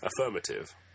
Affirmative